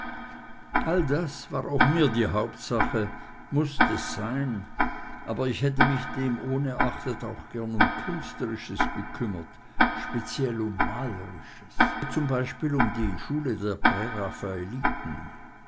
all das war auch mir die hauptsache mußt es sein aber ich hätte mich demohnerachtet auch gern um künstlerisches gekümmert speziell um malerisches so zum beispiel um die schule der